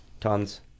tons